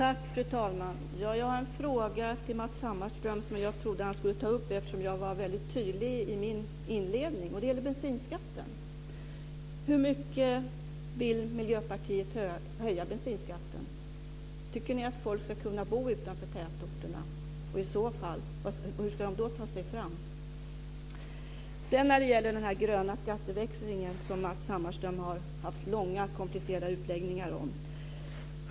Fru talman! Jag har en fråga till Matz Hammarström som jag trodde att han skulle ta upp eftersom jag var väldigt tydlig i min inledning. Den gäller bensinskatten. Hur mycket vill Miljöpartiet höja bensinskatten? Tycker ni att människor ska kunna bo utanför tätorterna? Och i så fall, hur ska de då ta sig fram? Matz Hammarström har haft långa och komplicerade utläggningar om den gröna skatteväxlingen.